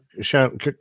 shout